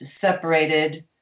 separated